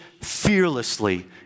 fearlessly